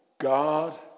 God